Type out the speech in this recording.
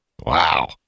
Wow